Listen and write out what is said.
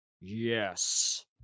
Yes